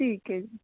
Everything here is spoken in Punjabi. ਠੀਕ ਏ ਜੀ